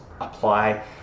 apply